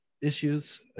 issues